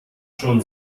schon